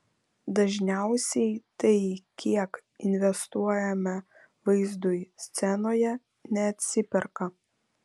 dažniausiai tai kiek investuojame vaizdui scenoje neatsiperka